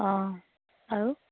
অঁ আৰু